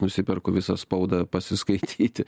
nusiperku visą spaudą pasiskaityti